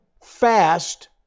fast